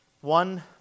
one